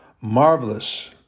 marvelous